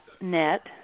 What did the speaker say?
net